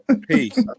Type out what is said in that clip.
Peace